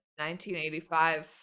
1985